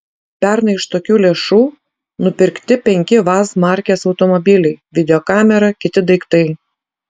pernai iš tokių lėšų nupirkti penki vaz markės automobiliai videokamera kiti daiktai